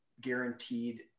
guaranteed